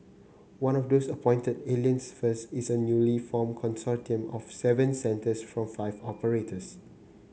one of those appointed Alliance First is a newly formed consortium of seven centres from five operators